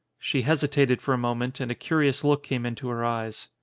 she hesitated for a moment and a curious look came into her eyes.